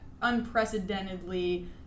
unprecedentedly